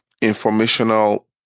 informational